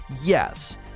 yes